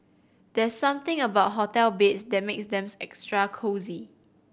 there's something about hotel beds that makes them extra cosy